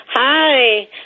Hi